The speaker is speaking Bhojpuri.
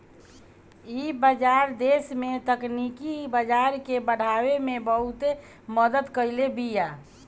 इ बाजार देस में तकनीकी बाजार के बढ़ावे में बहुते मदद कईले बिया